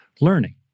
learning